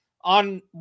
On